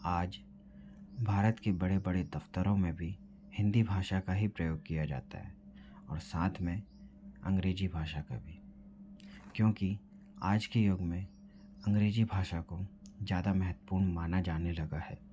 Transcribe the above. आज भारत के बडे़ बडे़ दफ़्तरों में भी हिंदी भाषा का ही प्रयोग किया जाता है और साथ में अंग्रेज़ी भाषा का भी क्योंकि आज के युग में अंग्रेज़ी भाषा को ज़्यादा महत्वपूर्ण माना जाने लगा है